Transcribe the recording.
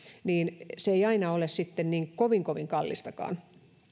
joten se ei aina ole sitten niin kovin kovin kallistakaan